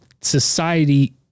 society